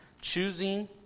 choosing